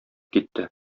китте